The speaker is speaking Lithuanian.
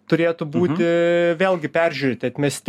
turėtų būti vėlgi peržiūrėti atmesti